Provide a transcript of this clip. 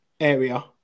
area